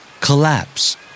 Collapse